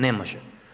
Ne može.